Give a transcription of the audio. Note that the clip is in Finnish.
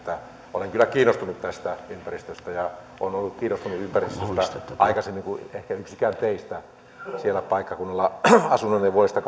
olen kyllä kiinnostunut tästä ympäristöstä ja olen ollut kiinnostunut ympäristöstä aikaisemmin kuin ehkä yksikään teistä olen siellä paikkakunnalla asunut vuodesta